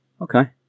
Okay